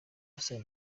basaba